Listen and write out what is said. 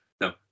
No